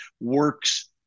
works